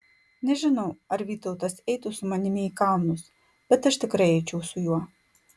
nežinau ar vytautas eitų su manimi į kalnus bet aš tikrai eičiau su juo